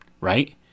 right